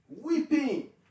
weeping